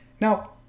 Now